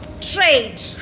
trade